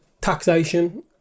taxation